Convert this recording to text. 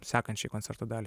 sekančiai koncerto daliai